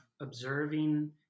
observing